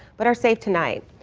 but are safe tonight.